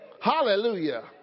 Hallelujah